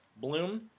Bloom